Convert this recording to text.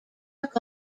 took